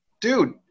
dude